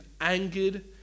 angered